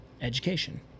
education